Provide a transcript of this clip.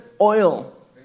oil